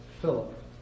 Philip